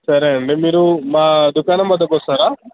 సరే అండి మీరు మా దుకాణం వద్దకు వస్తారా